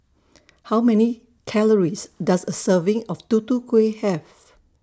How Many Calories Does A Serving of Tutu Kueh Have